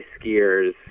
skiers